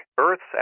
Earth's